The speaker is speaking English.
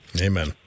Amen